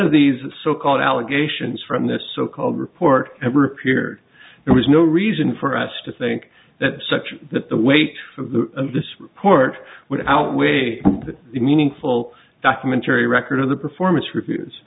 of these so called allegations from the so called report ever appeared there was no reason for us to think that such that the weight of the court would outweigh the meaningful documentary record of the performance reviews